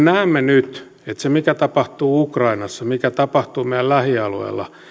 näemme nyt että se mikä tapahtuu ukrainassa mikä tapahtuu meidän lähialueilla